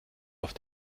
auf